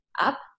up